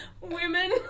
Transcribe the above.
women